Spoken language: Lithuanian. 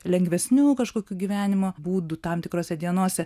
lengvesniu kažkokiu gyvenimo būdu tam tikrose dienose